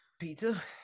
Pizza